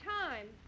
time